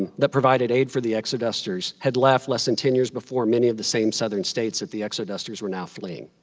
ah that provided aid for the exodusters had left less than ten years before many of the same southern states that the exodusters were now fleeing.